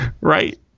Right